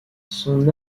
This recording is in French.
son